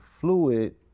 fluid